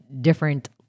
different